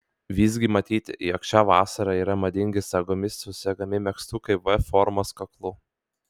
visgi matyti jog šią vasarą yra madingi sagomis susegami megztukai v formos kaklu